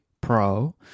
Pro